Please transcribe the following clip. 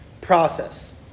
process